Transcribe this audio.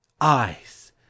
Eyes